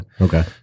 Okay